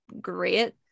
great